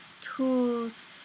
tools